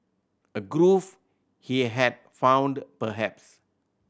a groove he had found perhaps